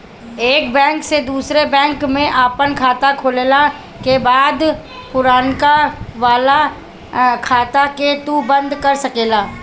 एक बैंक से दूसरी बैंक में आपन खाता खोलला के बाद पुरनका वाला खाता के तू बंद कर सकेला